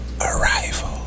arrival